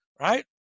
right